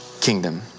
kingdom